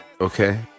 Okay